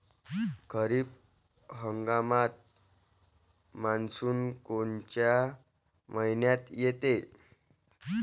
खरीप हंगामात मान्सून कोनच्या मइन्यात येते?